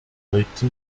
regte